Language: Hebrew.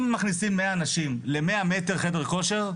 אם מכניסים 100 אנשים ל-100 מטר חדר כושר,